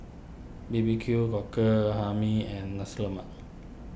B B Q Cockle Hae Mee and Nasi Lemak